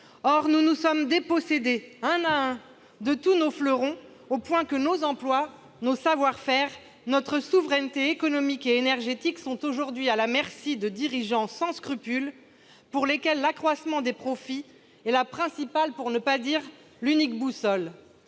Or nous nous sommes dépossédés, un à un, de tous nos fleurons, au point que nos emplois, nos savoir-faire, notre souveraineté économique et énergétique sont aujourd'hui à la merci de dirigeants sans scrupules, pour lesquels l'accroissement des profits est la principale, pour ne pas dire l'unique boussole.